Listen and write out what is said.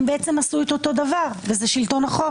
הם עשו אותו דבר וזה שלטון החוק.